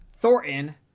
Thornton